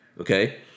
Okay